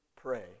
pray